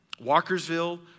Walkersville